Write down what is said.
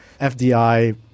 FDI